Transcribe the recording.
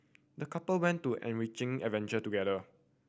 the couple went to an enriching adventure together